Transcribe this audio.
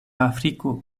afriko